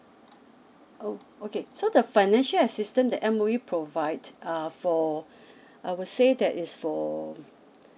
oh okay so the financial assistance that M_O_E provide err for I will say that it's for